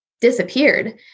disappeared